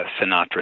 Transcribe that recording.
Sinatra